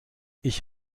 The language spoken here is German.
ich